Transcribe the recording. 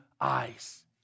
eyes